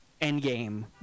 Endgame